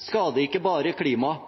skader ikke bare klimaet.